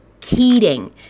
Keating